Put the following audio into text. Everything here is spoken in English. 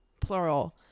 plural